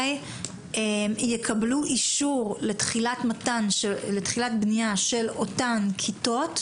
יקבלו אישור לתחילת בנייה של אותן כיתות,